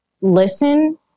listen